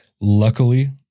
Luckily